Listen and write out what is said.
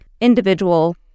individual